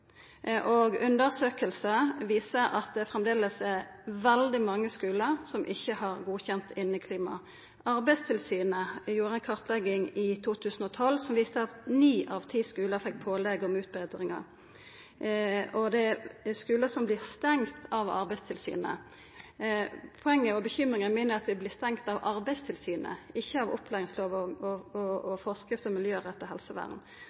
og undersøkingar viser at det framleis er veldig mange skular som ikkje har godkjent inneklima. Arbeidstilsynet gjorde ei kartlegging i 2012 som førte til at ni av ti skular fekk pålegg om utbetringar, og det er skular som vert stengde av Arbeidstilsynet. Poenget mitt og bekymringa mi er at dei vert stengde av Arbeidstilsynet, ikkje av opplæringslova og forskrift om miljøretta helsevern